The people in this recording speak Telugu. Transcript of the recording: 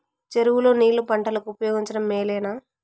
చెరువు లో నీళ్లు పంటలకు ఉపయోగించడం మేలేనా?